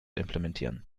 implementieren